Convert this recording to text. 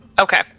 Okay